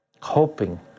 hoping